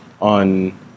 on